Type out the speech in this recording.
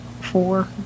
Four